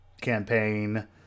campaign